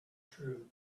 true